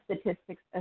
statistics